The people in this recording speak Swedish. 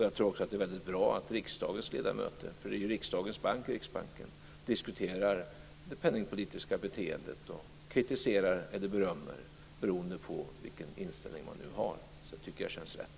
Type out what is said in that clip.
Jag tror också att det är väldigt bra att riksdagens ledamöter - för Riksbanken är ju riksdagens bank - diskuterar det penningpolitiska beteendet och kritiserar eller berömmer beroende på vilken inställning man nu har. Det tycker jag känns rätt.